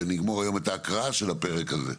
נגמור היום את ההקראה של הפרק הזה.